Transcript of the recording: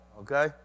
Okay